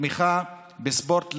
תמיכה בספורט,